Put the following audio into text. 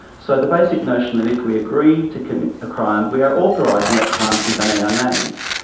so the basic notion that if we agree to commit a crime we are authorising that crime to be done in our names.